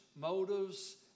motives